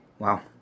Wow